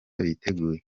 biteguye